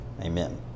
Amen